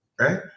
Right